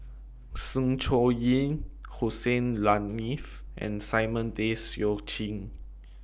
Sng Choon Yee Hussein Haniff and Simon Tay Seong Chee